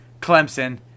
Clemson